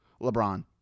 LeBron